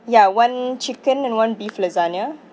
ya one chicken and one beef lasagna